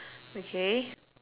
okay